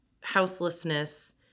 houselessness